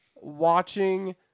watching